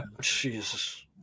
Jesus